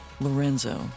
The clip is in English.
Lorenzo